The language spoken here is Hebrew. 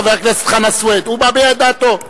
חבר הכנסת חנא סוייד, הוא מביע את דעתו.